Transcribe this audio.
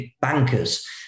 bankers